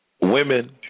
Women